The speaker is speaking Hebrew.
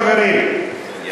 חברים,